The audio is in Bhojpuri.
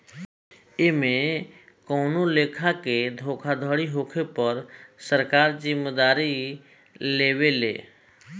एमे कवनो लेखा के धोखाधड़ी होखे पर सरकार जिम्मेदारी लेवे ले